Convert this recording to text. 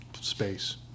space